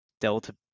Delta